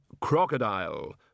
crocodile